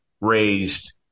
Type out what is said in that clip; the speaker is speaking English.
raised